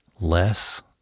less